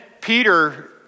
Peter